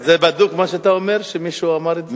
זה בדוק מה שאתה אומר, שמישהו אמר את זה?